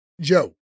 Joe